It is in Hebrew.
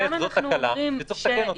זו תקלה, ויש לתקן אותה.